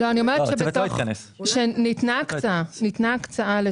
ניתנה הקצאה,